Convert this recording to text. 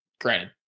granted